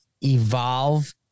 evolve